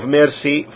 mercy